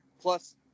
plus